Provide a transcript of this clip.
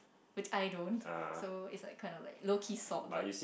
which I don't so it's like kind of like low key salt but